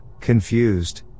confused